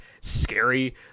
scary